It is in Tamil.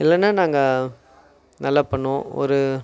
இல்லைன்னா நாங்கள் நல்லா பண்ணுவோம் ஒரு